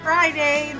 Friday